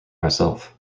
myself